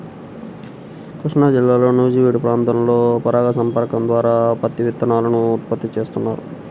కృష్ణాజిల్లా నూజివీడు ప్రాంతంలో పరాగ సంపర్కం ద్వారా పత్తి విత్తనాలను ఉత్పత్తి చేస్తున్నారు